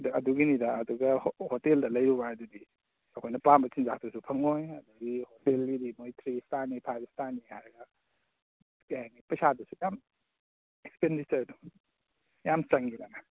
ꯑꯗ ꯑꯗꯨꯒꯤꯅꯤꯗ ꯑꯗꯨꯒ ꯍꯣꯇꯦꯜꯗ ꯂꯩꯔꯨꯕ ꯍꯥꯏꯗꯨꯗꯤ ꯑꯩꯈꯣꯏꯅ ꯄꯥꯝꯕ ꯆꯤꯟꯖꯥꯛꯇꯨꯁꯨ ꯐꯪꯉꯣꯏ ꯑꯗꯒꯤ ꯍꯣꯇꯦꯜꯒꯤꯗꯤ ꯃꯣꯏ ꯊ꯭ꯔꯤ ꯁꯐꯇꯥꯔꯅꯤ ꯐꯥꯏꯕ ꯁ꯭ꯇꯥꯔꯅꯤ ꯍꯥꯏꯔꯒ ꯀꯔꯤ ꯍꯥꯏꯅꯤ ꯄꯩꯁꯥꯗꯨꯁꯨ ꯌꯥꯝ ꯑꯦꯛꯁꯄꯦꯟꯗꯤꯆꯔꯗꯣ ꯌꯥꯝ ꯆꯪꯉꯤꯗꯅ